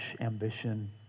ambition